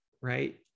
right